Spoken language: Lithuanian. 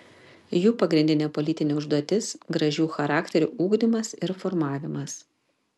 jų pagrindinė politinė užduotis gražių charakterių ugdymas ir formavimas